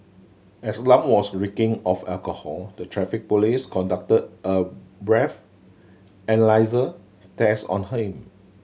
as Lam was reeking of alcohol the Traffic Police conducted a breathalyser test on him